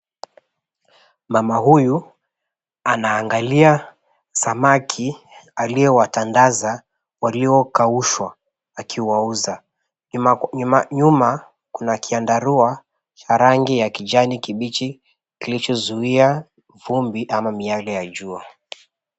Mama huyu anaangalia samaki aliyowatandaza waliyokaushwa akiwauza, nyuma kuna kyandarua cha rangi ya kijani kibichi kilichozuia vumbi ama miyale ya jua.